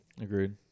Agreed